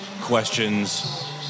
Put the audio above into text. questions